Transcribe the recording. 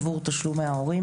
עבור תשלומי ההורים.